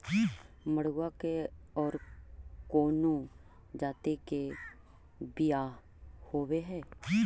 मडूया के और कौनो जाति के बियाह होव हैं?